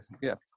Yes